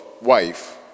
wife